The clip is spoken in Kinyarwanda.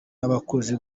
n’abakozi